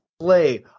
play